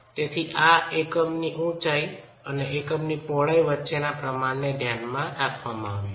તેથી આ એકમની ઊચાઈ અને એકમની પહોળાઈ વચ્ચેના પ્રમાણને ધ્યાનમાં રાખવામાં આવ્યું છે